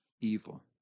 evil